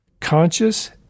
Conscious